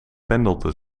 pendelde